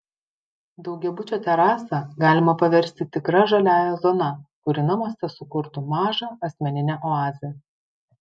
daugiabučio terasą galima paversti tikra žaliąja zona kuri namuose sukurtų mažą asmeninę oazę